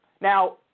Now